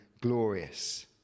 glorious